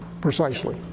precisely